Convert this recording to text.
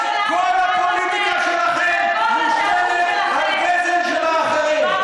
כל הפוליטיקה שלכם מושתתת על גזל של אחרים.